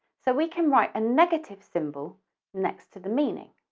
so we can write a negative symbol next to the meaning.